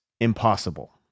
impossible